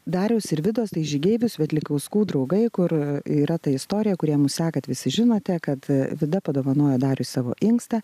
dariaus ir vidos tai žygeivių svetlikauskų draugai kur yra ta istorija kurie mūsų sekat visi žinote kad vida padovanojo dariui savo inkstą